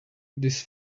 this